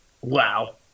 wow